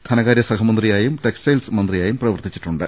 ധനകാര്യ സഹമന്ത്രിയായും ടെക്സ്റ്റൈൽസ് മന്ത്രിയായും പ്രവർത്തിച്ചിട്ടുണ്ട്